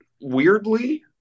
weirdly